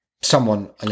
someone-